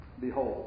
behold